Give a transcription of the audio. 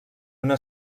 una